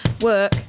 Work